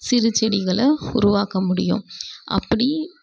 சிறுச்செடிகளை உருவாக்க முடியும் அப்படி